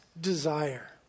desire